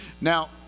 Now